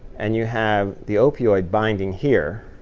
and you have the opioid binding here.